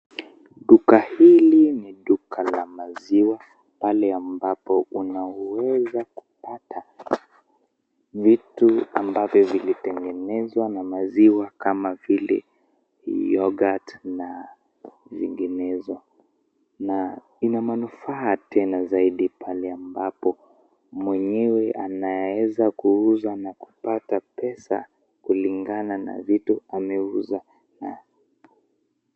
Duka hili ni duka la maziwa pale ambapo unaweza kupata vitu ambavyo vilitengenezwa na maziwa kama vile yorghurt na vinginezo na ni ya manufaa tena zaidi pale ambapo mwenyewe anaweza kuuza na kupata pesa kulingana na vitu ameuza.